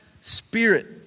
spirit